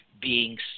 beings